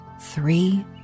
three